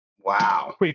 Wow